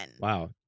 Wow